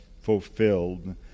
fulfilled